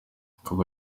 akaba